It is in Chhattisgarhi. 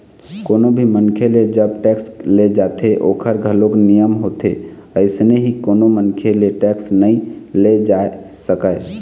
कोनो भी मनखे ले जब टेक्स ले जाथे ओखर घलोक नियम होथे अइसने ही कोनो मनखे ले टेक्स नइ ले जाय जा सकय